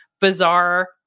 bizarre